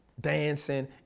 dancing